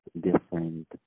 different